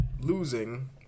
losing